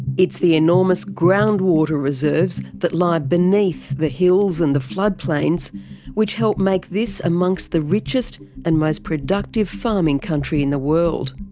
it's the enormous groundwater reserves that lie beneath the hills and the floodplains which help make this amongst richest and most productive farming country in the world.